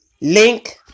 link